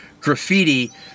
graffiti